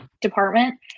department